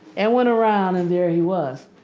and went around and there he was,